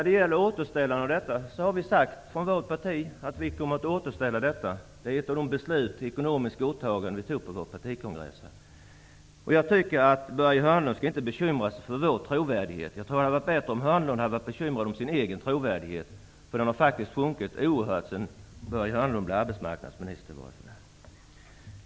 Vi har från vårt parti sagt att vi kommer att återställa nivån till 90 %. Det är ett av de beslut om ekonomiska åtaganden som vi fattade på vår partikongress. Börje Hörnlund skall inte bekymra sig för vår trovärdighet. Det hade varit bättre om han hade bekymrat sig för sin egen trovärdighet. Den har sjunkit oerhört sedan Börje Hörnlund blev arbetsmarknadsminister.